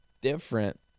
different